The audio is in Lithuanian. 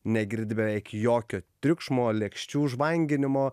negirdi beveik jokio triukšmo lėkščių žvanginimo